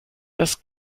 das